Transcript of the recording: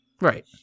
Right